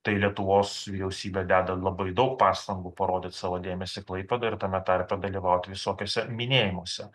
tai lietuvos vyriausybė deda labai daug pastangų parodyt savo dėmesį klaipėdai ir tame tarpe dalyvaut visokiuose minėjimuose